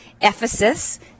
Ephesus